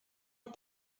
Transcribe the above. est